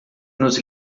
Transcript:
nos